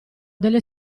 delle